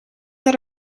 that